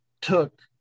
took